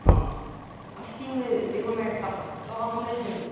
अँ अस्ति तिमीले दिएको म्याट त खत्तम रहेछ नि